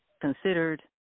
considered